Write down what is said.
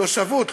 תושבות,